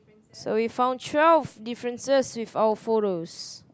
so you found twelve differences with our photos